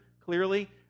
clearly